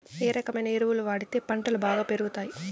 ఏ రకమైన ఎరువులు వాడితే పంటలు బాగా పెరుగుతాయి?